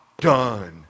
done